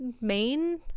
main